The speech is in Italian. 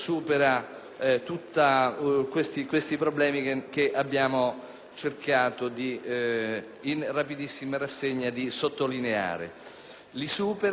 cercato, in rapidissima rassegna, di sottolineare. Li supera semplicemente perché, individuando nella stessa giornata questo turno